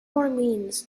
orleans